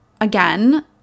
again